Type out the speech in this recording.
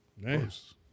Nice